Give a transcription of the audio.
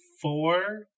four